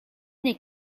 n’est